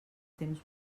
temps